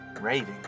raving